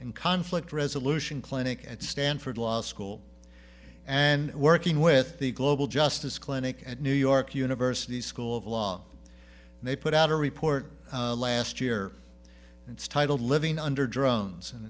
and conflict resolution clinic at stanford law school and working with the global justice clinic at new york university's school of law and they put out a report last year it's titled living under drones and